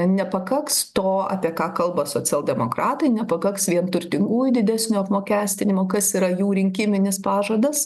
nepakaks to apie ką kalba socialdemokratai nepakaks vien turtingų didesnio apmokestinimo kas yra jų rinkiminis pažadas